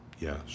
Yes